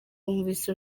bumvise